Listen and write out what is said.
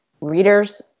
readers